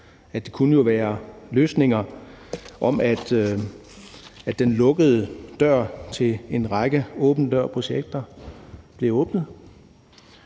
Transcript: at der jo kunne være løsninger i, at den lukkede dør til en række åben dør-projekter blev åbnet.